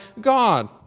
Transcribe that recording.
God